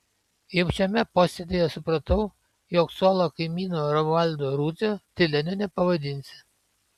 jau šiame posėdyje supratau jog suolo kaimyno romualdo rudzio tyleniu nepavadinsi